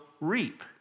reap